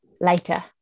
later